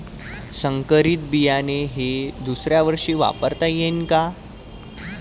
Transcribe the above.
संकरीत बियाणे हे दुसऱ्यावर्षी वापरता येईन का?